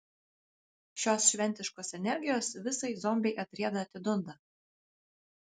šios šventiškos energijos visai zombiai atrieda atidunda